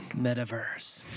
Metaverse